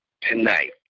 tonight